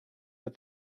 but